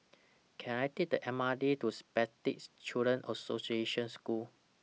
Can I Take The M R T to Spastic Children's Association School